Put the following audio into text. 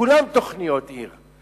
כולן תוכניות עיר.